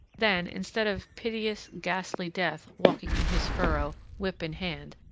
then, instead of piteous, ghastly death walking in his furrow, whip in hand,